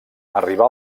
arribà